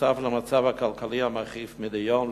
נוסף על מצב הכלכלי המחריף מדי יום,